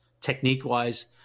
technique-wise